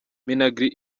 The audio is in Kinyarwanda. minagri